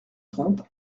trente